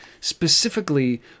specifically